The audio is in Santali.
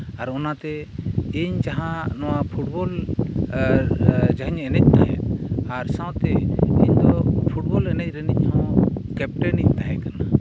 ᱟᱨ ᱚᱱᱟᱛᱮ ᱤᱧ ᱡᱟᱦᱟᱸ ᱱᱚᱣᱟ ᱯᱷᱩᱴᱵᱚᱞ ᱡᱟᱦᱟᱧ ᱮᱱᱮᱡ ᱛᱟᱦᱮᱫ ᱟᱨ ᱥᱟᱶᱛᱮ ᱤᱧᱫᱚ ᱯᱷᱩᱴᱵᱚᱞ ᱮᱱᱮᱡ ᱨᱤᱱᱤᱡ ᱦᱚᱸ ᱠᱮᱯᱴᱮᱱᱤᱧ ᱛᱟᱦᱮᱸ ᱠᱟᱱᱟ